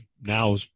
now